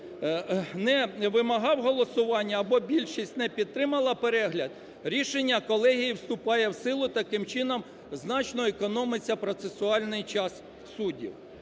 не вимагав голосування або більшість не підтримала перегляд, рішення колегії вступає в силу, таким чином значно економиться процесуальний час суддів.